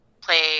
play